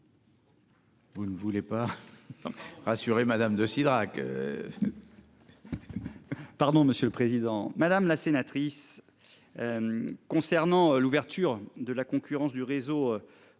Vous ne voulez pas. Rassurée madame de Cidrac. Pardon, monsieur le président, madame la sénatrice. Concernant l'ouverture de la concurrence du réseau